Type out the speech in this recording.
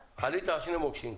עלית כבר על שני מוקשים.